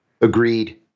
Agreed